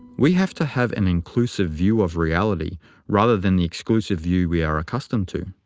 we have to have an inclusive view of reality rather than the exclusive view we are accustomed to.